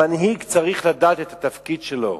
המנהיג צריך לדעת את התפקיד שלו.